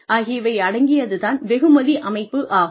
ஆகியவை அடங்கியது தான் வெகுமதி அமைப்பு ஆகும்